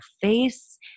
face